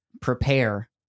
prepare